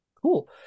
Cool